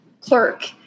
clerk